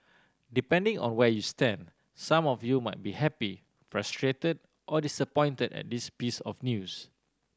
depending on where you stand some of you might be happy frustrated or disappointed at this piece of news